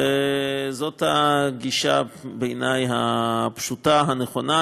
בעיני זאת הגישה הפשוטה, הנכונה.